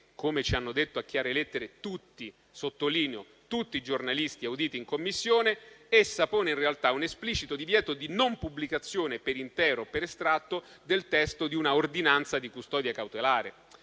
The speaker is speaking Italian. come ci hanno detto a chiare lettere tutti (sottolineo tutti) i giornalisti auditi in Commissione, in realtà essa pone un esplicito divieto di pubblicazione per intero o per estratto del testo di una ordinanza di custodia cautelare.